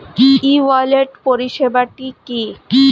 ই wallet পরিষেবাটি কি?